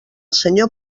senyor